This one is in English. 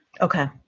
Okay